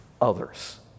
others